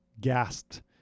gasped